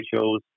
shows